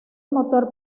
motor